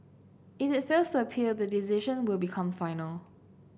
if it fails to appeal the decision will become final